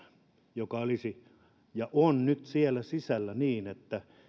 joka on nyt siellä sisällä niin että